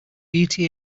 eta